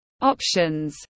options